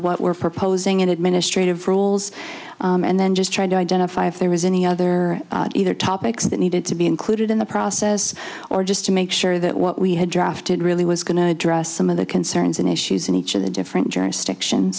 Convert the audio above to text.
what we're proposing in administrative rules and then just trying to identify if there was any other either topics that needed to be included in the process or just to make sure that what we had drafted really was going to address some of the concerns and issues in each of the different jurisdiction